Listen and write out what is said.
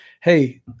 Hey